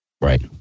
Right